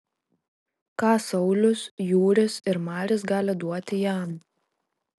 ką saulius jūris ir maris gali duoti jam